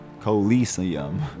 Coliseum